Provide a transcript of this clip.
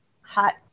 hot